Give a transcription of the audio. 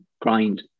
grind